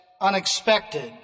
unexpected